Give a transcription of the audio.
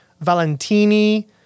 Valentini